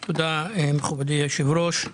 תודה, מכובדי היושב-ראש.